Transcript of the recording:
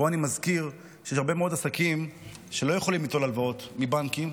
פה אני מזכיר שיש הרבה מאוד עסקים שלא יכולים ליטול הלוואות מבנקים,